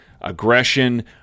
aggression